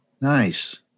Nice